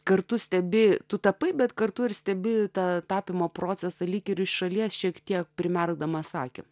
kartu stebi tu tapai bet kartu ir stebi tą tapymo procesą lyg iš šalies šiek tiek primerkdamas akį